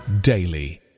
daily